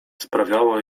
sprawiało